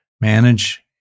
Manage